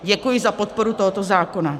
Děkuji za podporu tohoto zákona.